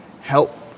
Help